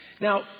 Now